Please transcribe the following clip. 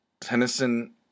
Tennyson